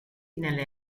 nelle